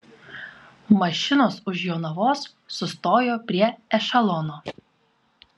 mašinos už jonavos sustojo prie ešelono